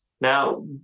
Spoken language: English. now